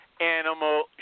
animal